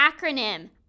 acronym